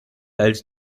als